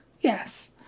Yes